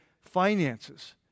finances